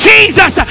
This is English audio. Jesus